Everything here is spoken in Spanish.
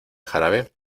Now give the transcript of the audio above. jarabe